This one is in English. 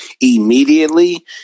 immediately